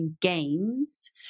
gains